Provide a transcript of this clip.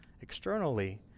externally